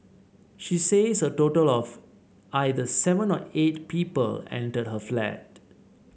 she says a total of either seven or eight people entered her flat